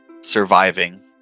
surviving